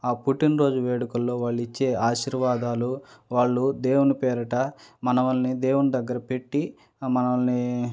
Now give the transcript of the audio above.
ఆ పుట్టినరోజు వేడుకల్లో వాళ్ళు ఇచ్చే ఆశీర్వాదాలు వాళ్ళు దేవుని పేరిట మనవలని దేవుని దగ్గర పెట్టి మనలని